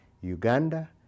Uganda